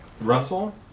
Russell